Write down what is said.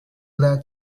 that